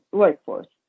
workforce